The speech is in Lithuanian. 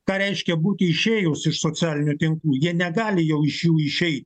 ką reiškia būti išėjus iš socialinių tinklų jie negali jau iš jų išeiti